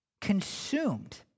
consumed